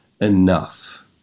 enough